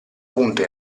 punta